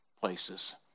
places